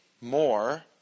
more